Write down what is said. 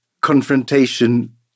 confrontation